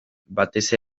batez